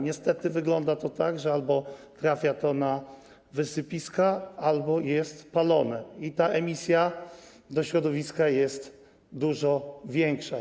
Niestety wygląda to tak, że albo trafia to na wysypiska, albo jest palone i ta emisja do środowiska jest dużo większa.